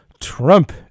Trump